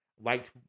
liked